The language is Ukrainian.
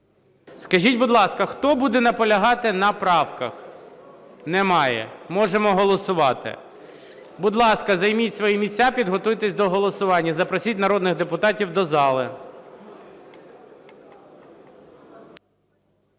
Скажіть, будь ласка, хто буде наполягати на правках? Немає. Можемо голосувати? Будь ласка, займіть свої місця, підготуйтесь до голосування і запросіть народних депутатів до зали.